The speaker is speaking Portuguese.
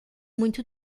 muito